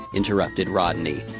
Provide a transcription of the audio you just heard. interrupted rodney.